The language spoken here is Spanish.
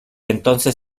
entonces